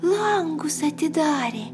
langus atidarė